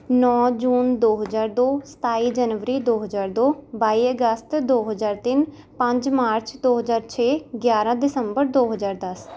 ਨੌ ਜੂਨ ਦੋ ਹਜ਼ਾਰ ਦੋ ਸਤਾਈ ਜਨਵਰੀ ਦੋ ਹਜ਼ਾਰ ਦੋ ਬਾਈ ਅਗਸਤ ਦੋ ਹਜ਼ਾਰ ਤਿੰਨ ਪੰਜ ਮਾਰਚ ਦੋ ਹਜ਼ਾਰ ਛੇ ਗਿਆਰਾਂ ਦਸੰਬਰ ਦੋ ਹਜ਼ਾਰ ਦਸ